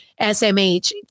SMH